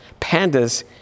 Pandas